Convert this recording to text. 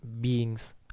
beings